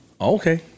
Okay